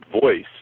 voice